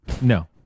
No